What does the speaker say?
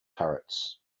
turrets